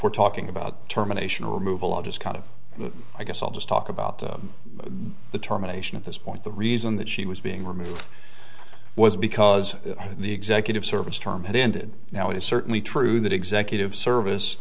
for talking about terminations removal i just kind of i guess i'll just talk about the termination at this point the reason that she was being removed was because the executive service term had ended now it is certainly true that executive service